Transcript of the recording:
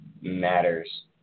matters